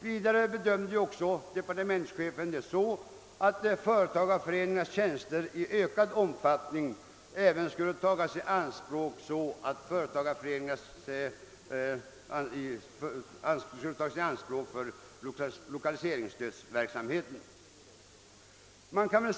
Vidare antog departementschefen att företagareföreningarnas tjänster i ökad omfattning skulle komma att tas i anspråk för lokaliseringsstödsverksamheten.